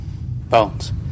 Bones